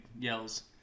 yells